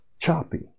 choppy